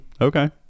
okay